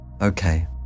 Okay